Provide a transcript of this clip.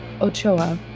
Ochoa